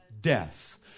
death